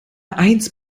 eins